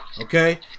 Okay